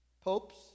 popes